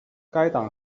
该党